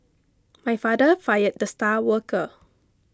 my father fired the star worker